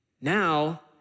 now